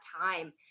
time